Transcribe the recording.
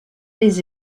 des